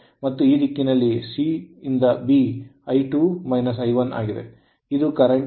ಮತ್ತು ಈ ದಿಕ್ಕಿನಲ್ಲಿ C to B I2 I1 ಆಗಿದೆ